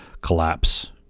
collapse